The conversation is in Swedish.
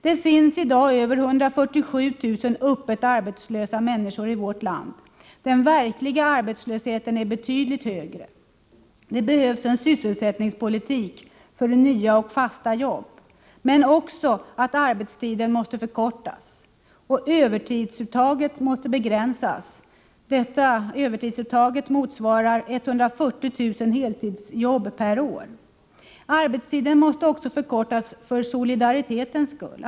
Det finns i dag över 147 000 öppet arbetslösa människor i vårt land. Den verkliga arbetslösheten är emellertid betydligt större. Det behövs en sysselsättningspolitik för nya och fasta jobb. Men det är också nödvändigt att arbetstiden förkortas. Övertidsuttaget måste begränsas. Övertidsuttaget motsvarar 140 000 heltidsjobb per år. Arbetstiden måste också förkortas för solidaritetens skull.